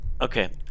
Okay